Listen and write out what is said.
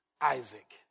Isaac